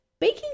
Baking